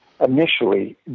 initially